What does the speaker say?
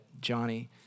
Johnny